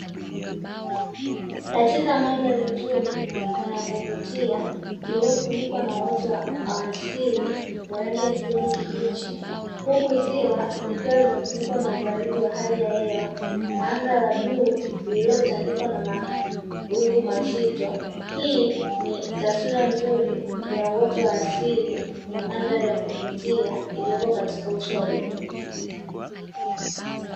Katika mandhari ni nzuri na ya kuvutia, iliofunikwa na uoto wa asili wa rangi ya kijani kibichi, huku ziwa likiwa limefunikwa na ubaridi wa hali ya hewa na anga la bluu lililotandwa na mawingu mazito hii ni taswira nzuri ya uoto wa asili na mandhari ya kuvutia iliyoko katika uso wa dunia.